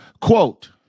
Quote